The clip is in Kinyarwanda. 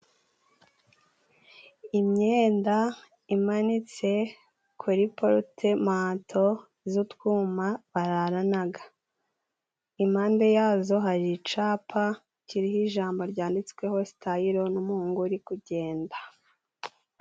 Imyenda imanitse kuri porutemanto z'utwuma bararanaga. Impande yazo hari icapa kiriho ijambo ryanditsweho sitayilo n'umuhungu uri kugenda.